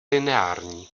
lineární